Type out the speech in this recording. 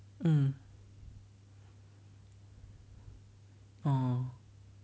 mm oh